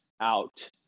out